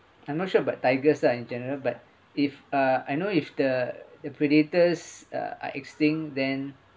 I'm not sure about tigers lah in general but if I uh I know if the the predators uh are extinct then